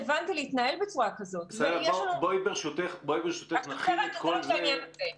לרשות הכבאות אין מידע על סוג העסק שישכון באותו